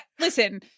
listen